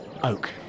Oak